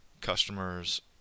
customers